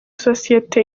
sosiyete